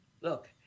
Look